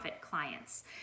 clients